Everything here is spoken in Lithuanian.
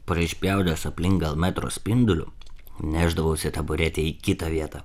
prispjaudęs aplink gal metro spinduliu nešdavausi taburetę į kitą vietą